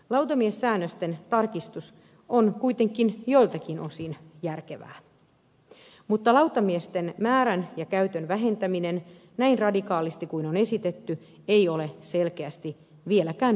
lautamiessäännösten tarkistus on kuitenkin joiltakin osin järkevää mutta lautamiesten määrän ja käytön vähentäminen näin radikaalisti kuin on esitetty ei ole selkeästi vieläkään perusteltua